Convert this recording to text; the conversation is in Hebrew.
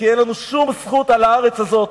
כי אין לנו שום זכות על הארץ הזאת,